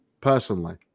personally